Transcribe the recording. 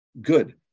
good